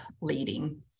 leading